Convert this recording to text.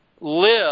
live